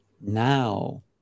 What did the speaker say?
Now